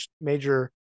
major